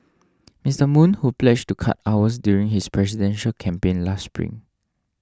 Mister Moon who pledged to cut hours during his presidential campaign last spring